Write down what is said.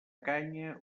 canya